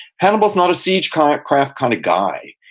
hannibal's not a siegecraft kind of guy.